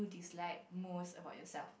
dislike most about yourself